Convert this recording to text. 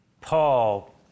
Paul